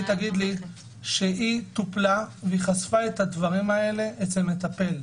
היא תגיד לי שהיא טופלה וחשפה את הדברים האלה אצל מטפל.